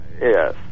yes